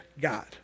God